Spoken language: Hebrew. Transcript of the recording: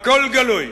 הכול גלוי,